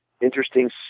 interesting